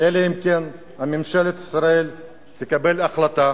אלא אם כן ממשלת ישראל תקבל החלטה